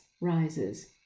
rises